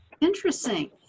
Interesting